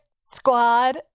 squad